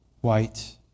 white